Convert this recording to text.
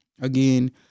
again